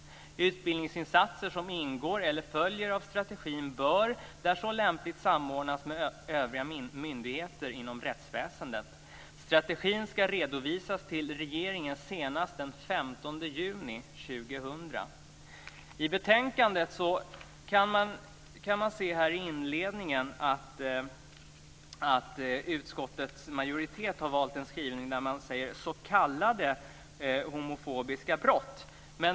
Utbildningsinsatser som ingår eller följer av strategin bör, där så är lämpligt, samordnas med övriga myndigheter inom rättsväsendet. Strategin skall redovisas till regeringen senast den 15 juni 2000". I betänkandet kan man se i inledningen att utskottets majoritet valt en skrivning där man talar om s.k. homofobiska brott.